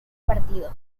partido